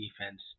defense